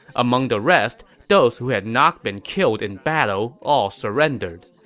among the rest, those who had not been killed in battle all surrendered.